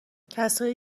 کسایی